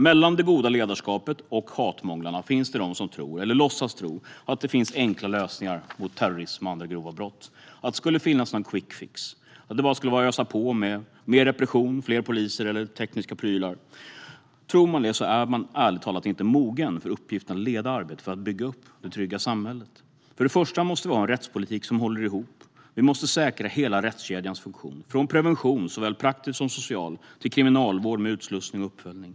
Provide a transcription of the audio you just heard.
Mellan det goda ledarskapet och hatmånglarna finns det de som tror, eller låtsas tro, att det finns enkla lösningar mot terrorism eller andra grova brott, att det skulle finnas någon quick fix. Det skulle bara vara att ösa på med mer repression, fler poliser eller tekniska prylar. Tror man det är man ärligt talat inte mogen för uppgiften att leda arbetet att bygga upp det trygga samhället. Först och främst måste vi ha en rättspolitik som håller ihop. Vi måste säkra hela rättskedjans funktion från prevention, såväl praktisk som social, till kriminalvård med utslussning och uppföljning.